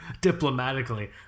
diplomatically